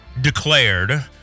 declared